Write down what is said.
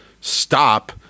stop